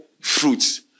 fruits